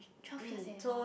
twelve years eh !wah!